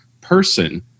person